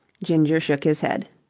ginger shook his head.